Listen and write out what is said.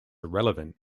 irrelevant